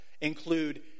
include